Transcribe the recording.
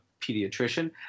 pediatrician